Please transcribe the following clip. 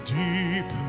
deep